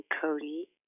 Cody